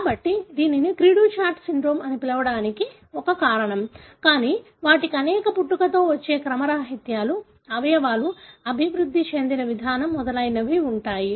కాబట్టి దీనిని cri du chat syndrome అని పిలవడానికి ఒక కారణం కానీ వాటికి అనేక పుట్టుకతో వచ్చే క్రమరాహిత్యాలు అవయవాలు అభివృద్ధి చెందిన విధానం మొదలైనవి ఉన్నాయి